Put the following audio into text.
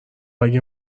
اگه